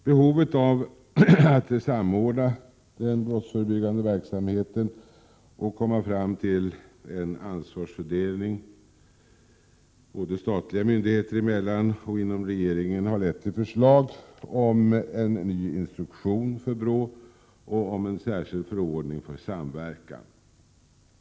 Behovet att samordna den brottsförebyggande verksamheten och komma fram till en ansvarsfördelning, både statliga myndigheter emellan och inom regeringen, har lett till förslag om en ny instruktion för BRÅ och om en särskild förordning för samverkan.